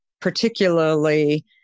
particularly